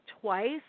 twice